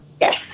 Yes